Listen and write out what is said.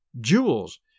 jewels